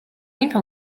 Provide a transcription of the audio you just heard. info